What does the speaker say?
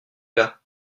gars